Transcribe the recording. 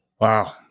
Wow